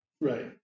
Right